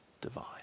divine